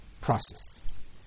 process